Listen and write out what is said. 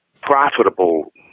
profitable